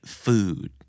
food